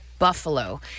Buffalo